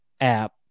app